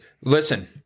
listen